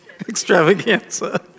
Extravaganza